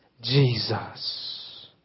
Jesus